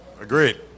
Agreed